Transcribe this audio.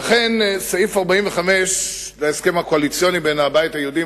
ואכן סעיף 45 להסכם הקואליציוני בין הבית היהודי,